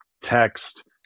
text